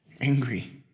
angry